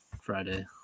Friday